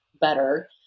better